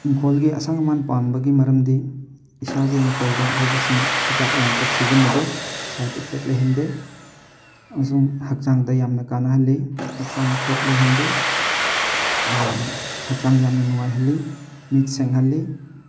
ꯏꯪꯈꯣꯜꯒꯤ ꯑꯁꯪ ꯑꯃꯥꯟ ꯄꯥꯝꯕꯒꯤ ꯃꯔꯝꯗꯤ ꯏꯁꯥꯒꯤ ꯏꯪꯈꯣꯜꯗ ꯍꯧꯕꯁꯤꯡ ꯍꯤꯗꯥꯛ ꯂꯥꯡꯊꯛ ꯁꯤꯖꯤꯟꯅꯗꯦ ꯁꯥꯏꯠ ꯏꯐꯦꯛ ꯂꯩꯍꯟꯗꯦ ꯑꯃꯁꯨꯡ ꯍꯛꯆꯥꯡꯗ ꯌꯥꯝꯅ ꯀꯥꯅꯍꯜꯂꯤ ꯍꯛꯆꯥꯡ ꯐꯦꯠ ꯂꯩꯍꯟꯗꯦ ꯑꯗꯨꯒ ꯍꯛꯆꯥꯡ ꯌꯥꯝꯅ ꯅꯨꯡꯉꯥꯏꯍꯜꯂꯤ ꯃꯤꯠ ꯁꯦꯡꯍꯜꯂꯤ